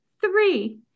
three